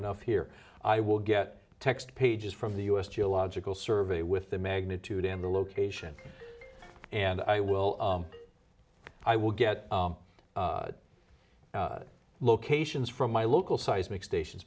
enough here i will get text pages from the u s geological survey with the magnitude and the location and i will i will get locations from my local seismic stations